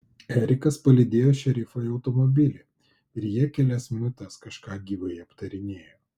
erikas palydėjo šerifą į automobilį ir jie kelias minutes kažką gyvai aptarinėjo